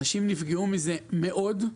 אנשים נפגעו מזה מאוד.